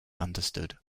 understood